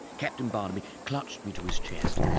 captain barnaby clutched me to his chest.